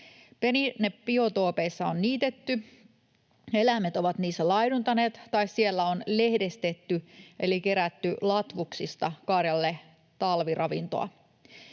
Perinnebiotoopeissa on niitetty, eläimet ovat niissä laihduttaneet, tai siellä on lehdestetty eli kerätty latvuksista karjalle talviravintoa.